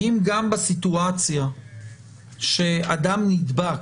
אם גם בסיטואציה שאדם נדבק,